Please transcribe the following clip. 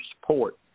support